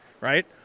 right